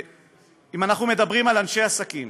שאנחנו מדברים על אנשי עסקים